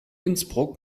innsbruck